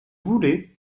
voulez